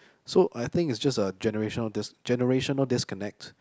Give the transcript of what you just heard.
so I think it's just a generational dis~ generational disconnect